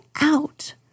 out